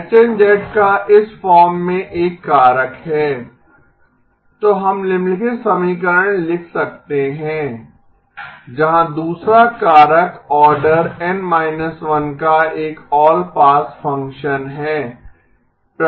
HN का इस form मे एक कारक है तो हम निम्नलिखित समीकरण लिख सकते हैं जहाँ दूसरा कारक ऑर्डर N 1 का एक ऑल पास फंक्शन है